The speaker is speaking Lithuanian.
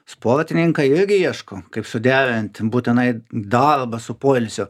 sportininkai irgi ieško kaip suderinti būtinai darbą su poilsiu